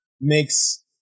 makes